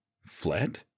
Fled